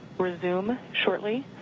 resume shortly.